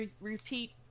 repeat